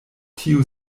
tiu